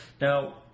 Now